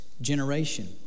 generation